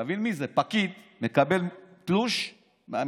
תבין מי זה: פקיד, מקבל תלוש מהמדינה,